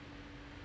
,S.